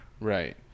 Right